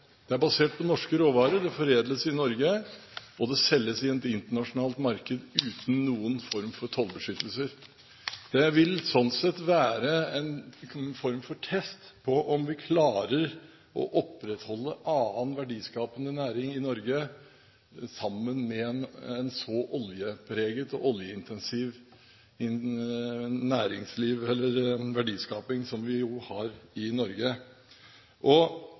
Det er basert på norske råvarer, det foredles i Norge, og det selges til et internasjonalt marked uten noen form for tollbeskyttelse. Det vil sånn sett være en form for test på om vi klarer å opprettholde annen verdiskapende næring i Norge sammen med en så oljepreget og oljeintensiv verdiskaping som vi har i Norge.